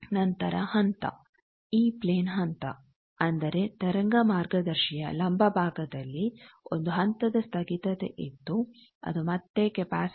ನಂತರ ಹಂತಇ ಪ್ಲೇನ್ ಹಂತ ಅಂದರೆ ತರಂಗ ಮಾರ್ಗದರ್ಶಿಯ ಲಂಬ ಭಾಗದಲ್ಲಿ ಒಂದು ಹಂತದ ಸ್ಥಗಿತತೆ ಇದ್ದು ಅದು ಮತ್ತೆ ಕೆಪಾಸಿಟನ್ಸ್